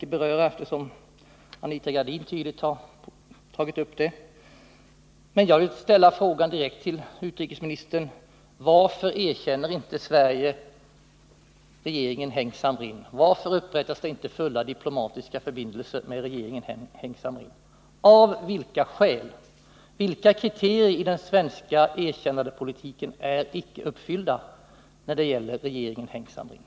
Jag skall inte närmare gå in på den frågan, eftersom Anita Gradin redan har diskuterat den, men jag vill fråga utrikesministern: Varför erkänner inte Sverige regeringen Heng Samrin? Av vilka skäl upprättas det inte fulla diplomatiska förbindelser med denna regering? Vilka kriterier i den svenska erkännandepolitiken är icke uppfyllda när det gäller regeringen Heng Samrin?